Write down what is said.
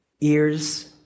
ears